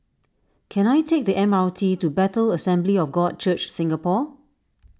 can I take the M R T to Bethel Assembly of God Church Singapore